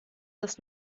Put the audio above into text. das